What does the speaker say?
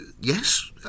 yes